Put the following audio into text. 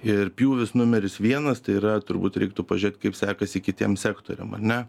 ir pjūvis numeris vienas tai yra turbūt reiktų pažiūrėt kaip sekasi kitiem sektoriam ar ne